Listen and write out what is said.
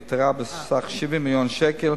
יתרה בסך 70 מיליון שקל